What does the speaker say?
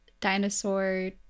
dinosaur